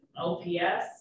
LPS